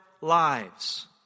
lives